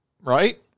right